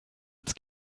its